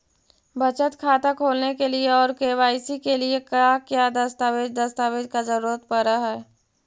बचत खाता खोलने के लिए और के.वाई.सी के लिए का क्या दस्तावेज़ दस्तावेज़ का जरूरत पड़ हैं?